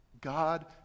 God